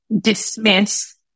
dismiss